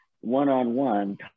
one-on-one